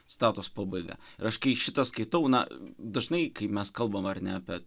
citatos pabaiga ir aš kai šitą skaitau na dažnai kai mes kalbam ar ne apie